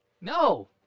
No